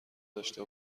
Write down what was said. داشته